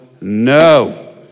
no